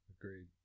Agreed